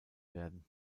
werden